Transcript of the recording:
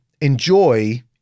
enjoy